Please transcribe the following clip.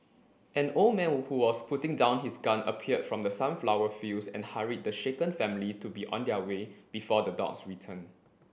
an old man who was putting down his gun appeared from the sunflower fields and hurried the shaken family to be on their way before the dogs return